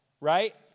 Right